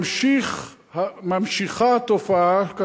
התופעה נמשכת,